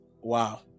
Wow